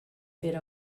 ver